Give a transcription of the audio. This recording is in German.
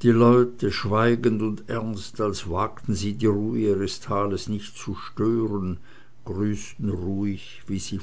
die leute schweigend und ernst als wagten sie die ruhe ihres tales nicht zu stören grüßten ruhig wie sie